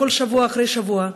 שבוע אחרי שבוע,